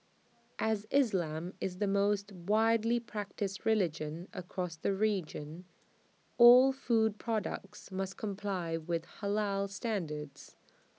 as islam is the most widely practised religion across the region all food products must comply with Halal standards